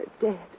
dead